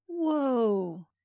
Whoa